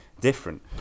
different